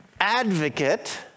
Advocate